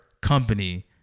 company